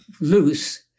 loose